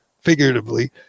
figuratively